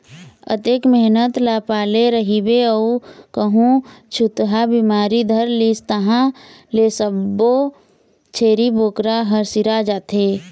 अतेक मेहनत ल पाले रहिबे अउ कहूँ छूतहा बिमारी धर लिस तहाँ ले सब्बो छेरी बोकरा ह सिरा जाथे